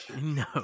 No